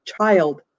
child